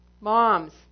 moms